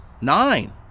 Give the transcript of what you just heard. nine